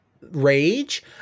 rage